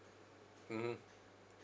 mmhmm